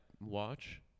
watch